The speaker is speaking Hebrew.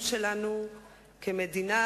תגיד לי למה רואים מים כאלה במדבר.